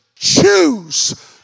Choose